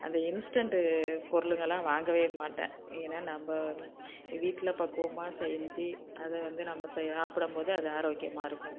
அந்த இன்ஸ்டன்ட்டு பொருளுங்கள்லாம் வாங்கவே மாட்டேன் ஏன்னா நம்ம வீட்டில பக்குவமாக செஞ்சு அதை வந்து நம்ம செ சாப்பிடும்போது அது ஆரோக்கியமாக இருக்கும்